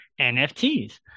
NFTs